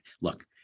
look